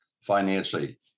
financially